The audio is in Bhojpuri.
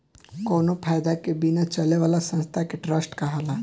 कावनो फायदा के बिना चले वाला संस्था के ट्रस्ट कहाला